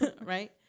Right